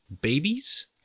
babies